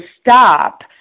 stop